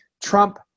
Trump